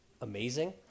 amazing